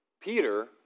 Peter